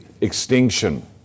extinction